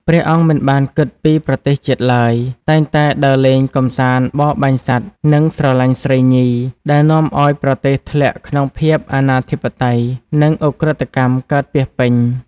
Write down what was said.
ព្រះអង្គមិនបានគិតពីប្រទេសជាតិឡើយ តែងតែដើរលេង កំសាន្ត បរបាញ់សត្វ និងស្រឡាញ់ស្រីញី ដែលនាំឱ្យប្រទេសធ្លាក់ក្នុងភាពអនាធិបតេយ្យ និងឧក្រិដ្ឋកម្មកើតពាសពេញ។